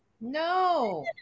No